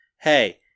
hey